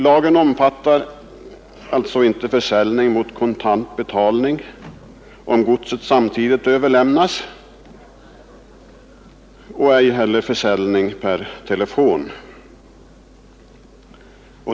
Lagen omfattar alltså inte försäljning mot kontant betalning om godset samtidigt överlämnas och ej heller försäljning per telefon.